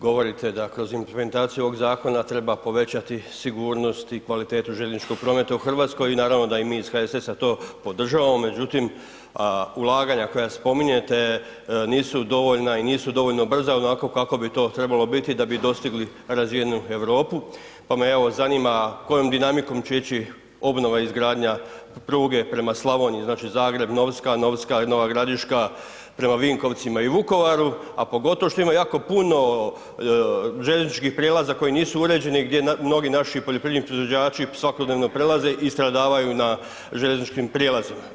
Govorite da kroz implementaciju ovog zakona treba povećati sigurnost i kvalitetu željezničkog prometa u Hrvatskoj i naravno da i mi iz HSS-a to podržavamo, međutim, ulaganja koja spominjete nisu dovoljna i nisu dovoljno brza onako kako bi to trebalo biti da bi dostigli razvijenu Europu, pa me evo zanima kojom dinamikom će ići obnova i izgradnja pruge prema Slavoniji, znači Zagreb-Novska, Novska-Nova Gradiška, prema Vinkovcima i Vukovaru, a pogotovo što ima jako puno željezničkih prijelaza koji nisu uređeni gdje mnogi naši poljoprivredni proizvođači svakodnevno prelaze i stradavaju na željezničkim prijelazima.